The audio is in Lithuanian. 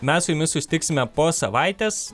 mes su jumis susitiksime po savaitės